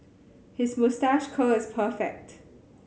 his moustache curl is perfect